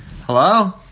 Hello